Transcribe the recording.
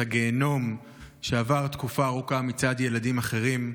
הגיהינום שעבר תקופה ארוכה מצד ילדים אחרים,